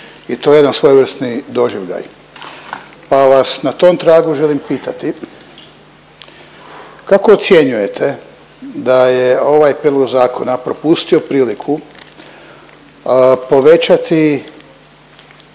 i to je jedan svojevrsni doživljaj pa vas na tom tragu želim pitati, kako ocjenjujete da je ovaj Prijedlog zakona propustio priliku povećati